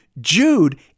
Jude